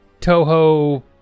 Toho